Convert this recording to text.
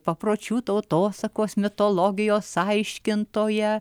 papročių tautosakos mitologijos aiškintoja